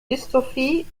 dystopie